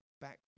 back